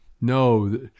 No